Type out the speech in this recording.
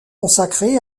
consacré